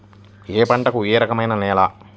ఏ పంటకు ఏ రకమైన నేల?